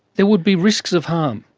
there would be risks of harm.